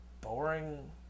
boring